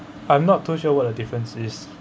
I'm not too sure what a difference is